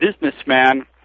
businessman